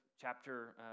chapter